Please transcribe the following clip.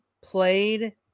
played